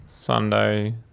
Sunday